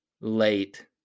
late